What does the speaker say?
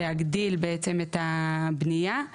להגדיל בעצם את הבניה,